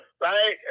Right